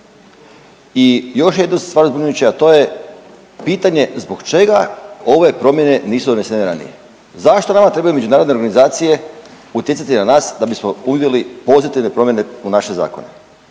se ne razumije./… a to je pitanje zbog čega ove promjene nisu donesene ranije? Zašto nama trebaju međunarodne organizacije utjecati na nas da bismo uvidjeli pozitivne promjene u naše zakone.